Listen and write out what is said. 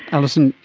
alison,